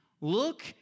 look